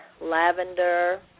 lavender